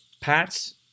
Pats